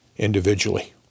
Individually